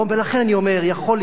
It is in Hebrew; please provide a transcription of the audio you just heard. לכן אני אומר שיכול להיות,